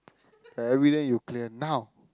everyday you clear now